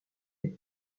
des